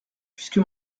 puisque